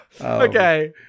Okay